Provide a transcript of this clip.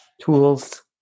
tools